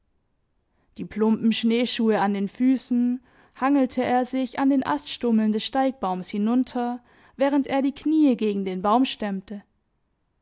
die plumpen schneeschuhe an den füßen hangelte er sich an den aststummeln des steigbaums hinunter während er die knie gegen den baum stemmte